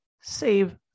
Save